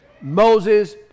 Moses